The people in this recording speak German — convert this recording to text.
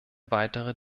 weitere